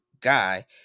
guy